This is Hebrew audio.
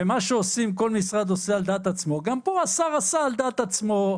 מה שעושה כל משרד על דעת עצמו גם פה השר עשה על דעת עצמו.